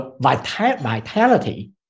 vitality